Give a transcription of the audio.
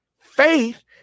Faith